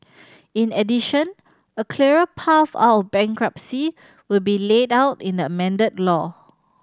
in addition a clearer path out bankruptcy will be laid out in the amended law